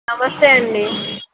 నమస్తే అండి